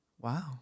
Wow